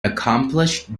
accomplished